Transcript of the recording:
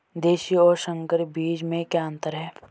देशी और संकर बीज में क्या अंतर है?